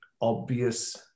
obvious